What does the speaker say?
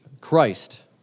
Christ